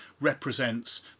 represents